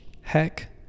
Heck